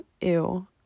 ew